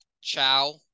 ciao